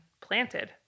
planted